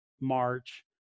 March